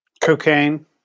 Cocaine